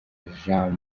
jean